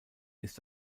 ist